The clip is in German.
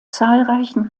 zahlreichen